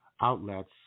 outlets